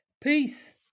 Peace